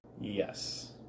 Yes